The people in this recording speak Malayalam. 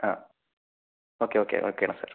ആ ഓക്കെ ഓക്കെ ഓക്കെ ആണ് സാർ സാർ